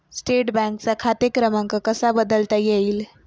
State बँकेचा खाते क्रमांक कसा बदलता येईल?